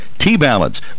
T-Balance